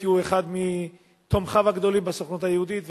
כי הוא אחד מתומכיו הגדולים בסוכנות היהודית,